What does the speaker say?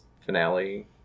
finale